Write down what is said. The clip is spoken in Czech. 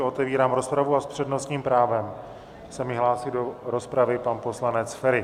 Otevírám rozpravu a s přednostním právem se mi hlásí do rozpravy pan poslanec Feri.